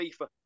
FIFA